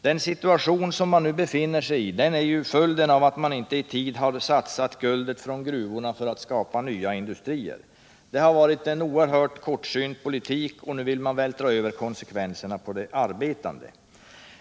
Den situation man nu befinner sig i är ju följden av att man inte i tid har satsat guldet från gruvorna för att skapa andra industrier. Det har varit en oerhört kortsynt politik, och nu vill man vältra över konsekvenserna på de arbetande.